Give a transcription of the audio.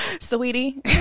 sweetie